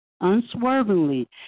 unswervingly